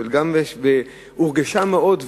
שגם הורגשה מאוד,